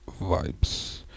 vibes